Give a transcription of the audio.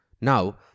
Now